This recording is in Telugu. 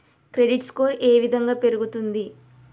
క్రెడిట్ స్కోర్ ఏ విధంగా పెరుగుతుంది?